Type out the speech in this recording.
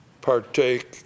partake